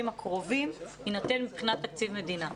הקרובים יינתן מבחינת תקציב מדינה.